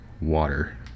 water